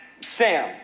Sam